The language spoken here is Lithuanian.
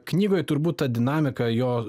knygoj turbūt ta dinamika jo